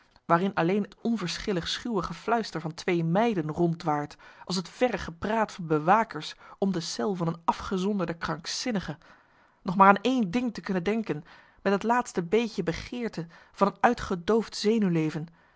waarin alleen het onverschillig schuwe gefluister van twee meiden rondwaart als het verre gepraat van bewakers om de cel van een afgezonderde krankzinnige nog maar aan één ding te kunnen denken met het laatste beetje begeerte van een uitgedoofd zenuwleven